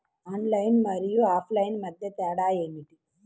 Online మరియు offline మధ్య తేడా ఏమిటీ?